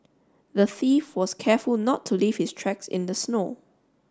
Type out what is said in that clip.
the thief was careful not to leave his tracks in the snow